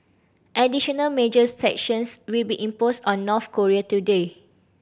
additional major sanctions will be imposed on North Korea today